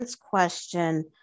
question